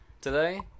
today